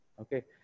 Okay